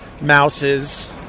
Mouses